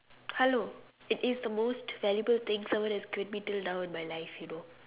hello it is the most valuable thing someone has given me till now my life you know